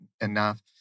enough